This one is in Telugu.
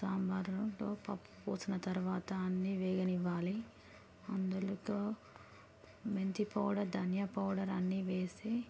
సాంబార్లో పప్పు పోసిన తర్వాత అన్నీ వేగనివ్వాలి అందులో మెంతి పౌడర్ ధనియ పౌడర్ అన్నీ వేసి